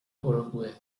اوروگوئه